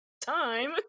time